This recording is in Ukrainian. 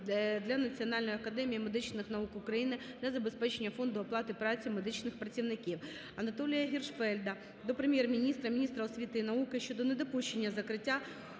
для Національної академії медичних наук України для забезпечення фонду оплати праці медичних працівників.